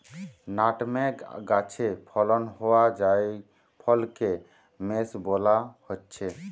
nutmeg গাছে ফলন হোয়া জায়ফলকে মেস বোলা হচ্ছে